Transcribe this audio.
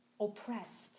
oppressed